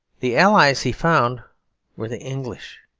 the allies he found were the english.